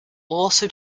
also